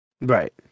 Right